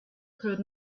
heard